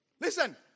Listen